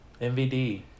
MVD